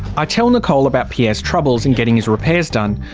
ah tell nicole about pierre's troubles in getting his repairs done.